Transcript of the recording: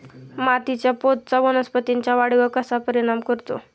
मातीच्या पोतचा वनस्पतींच्या वाढीवर कसा परिणाम करतो?